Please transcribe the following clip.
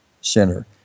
center